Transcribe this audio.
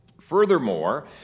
Furthermore